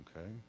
Okay